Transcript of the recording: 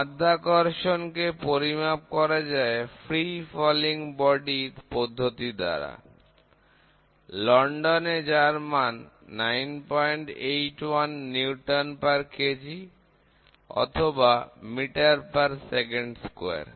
মাধ্যাকর্ষণ কে পরিমাপ করা যায় বস্তুর মুক্ত পতন পদ্ধতির দ্বারা লন্ডনে যার মান 981 নিউটন প্রতি কেজি অথবা মিটার প্রতি সেকেন্ড স্কয়ার